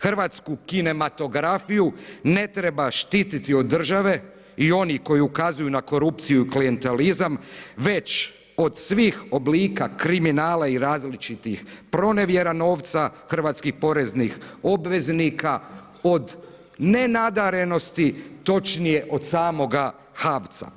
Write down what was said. Hrvatsku kinematografiju ne treba štiti od države i oni koji ukazuju na korupciju i klijentalizam već od svih oblika kriminala i različitih pronevjera novca hrvatskih poreznih obveznika od nenadarenosti točnije od samoga HAVC-a.